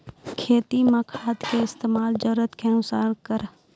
खेती मे खाद के इस्तेमाल जरूरत के अनुसार करऽ